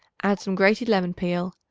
add some grated lemon peel,